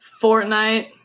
Fortnite